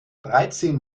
dreizehn